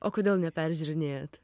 o kodėl neperžiūrinėjat